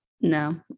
No